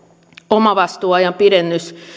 omavastuuajan pidennys